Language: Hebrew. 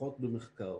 פחות במחקר.